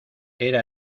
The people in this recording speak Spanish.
era